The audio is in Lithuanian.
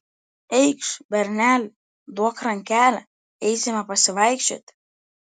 eikš berneli duok rankelę eisime pavaikščioti